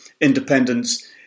independence